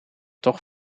toch